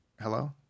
Hello